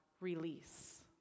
release